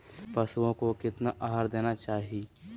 पशुओं को कितना आहार देना चाहि?